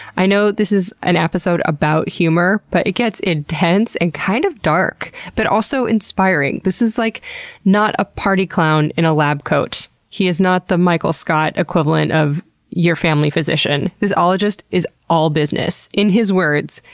i know this is an episode about humor, but it gets intense and kind of dark but also inspiring. this is like not a party clown in a lab coat, he is not the michael scott equivalent of your family physician. this ologist is all business. in his words,